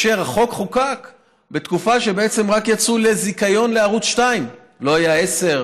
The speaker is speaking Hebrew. והחוק חוקק בתקופה שרק יצאו לזיכיון לערוץ 2. לא היה 10,